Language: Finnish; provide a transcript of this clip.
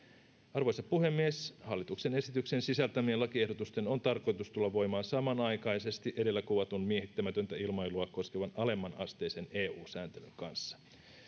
arvoisa puhemies hallituksen esityksen sisältämien lakiehdotusten on tarkoitus tulla voimaan samanaikaisesti edellä kuvatun miehittämätöntä ilmailua koskevan alemmanasteisen eu sääntelyn kanssa